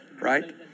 Right